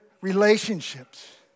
relationships